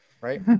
Right